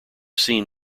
seen